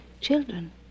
children